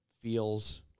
feels